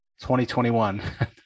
2021